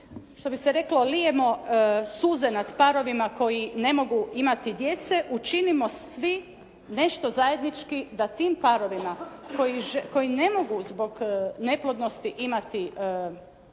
što bi se rekli lijemo suze nad parovima koji ne mogu imati djece učinimo svi nešto zajednički da tim parovima koji ne mogu zbog neplodnosti imati djecu